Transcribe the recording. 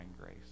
grace